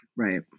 right